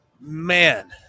Man